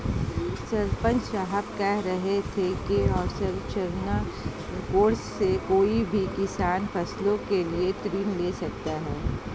सरपंच साहब कह रहे थे कि अवसंरचना कोर्स से कोई भी किसान फसलों के लिए ऋण ले सकता है